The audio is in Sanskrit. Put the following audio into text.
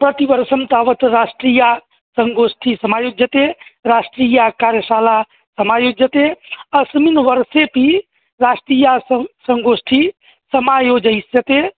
प्रतिवर्षं तावत् राष्ट्रियसंङ्गोष्ठिः समायोज्यते राष्ट्रियकार्यशाला समायोज्यते अस्मिन् वर्सेऽपि राष्ट्रियसंङ्गोष्ठिः समायोजिष्यते